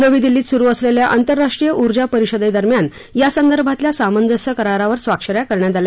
नवी दिल्लीत सुरु असलेल्या आतंरराष्ट्रीय उर्जा परिषदेदरम्यान यासंदर्भातल्या सामंजस्य करारावर स्वाक्ष या करण्यात आल्या